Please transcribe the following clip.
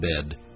bed